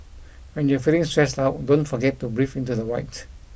when you are feeling stressed out don't forget to breathe into the void